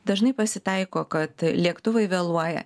dažnai pasitaiko kad lėktuvai vėluoja